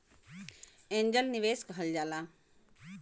angel निवेस कहल जाला